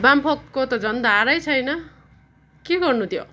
बाम्फोकको त झन् धारै छैन के गर्नु त्यो